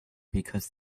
because